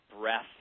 breath